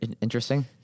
interesting